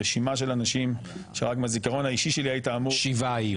סליחה, שאלת הבהרה.